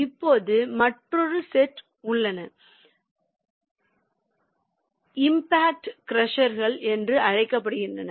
இப்போது மற்றொரு செட் உள்ளன இம்பாக்ட் க்ரஷர்கள் என்று அழைக்கப்படுகின்றன